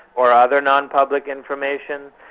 or other non-public information,